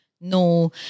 No